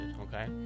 okay